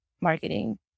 marketing